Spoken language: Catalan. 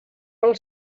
pel